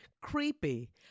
creepy